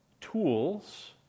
tools